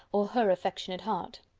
or her affectionate heart.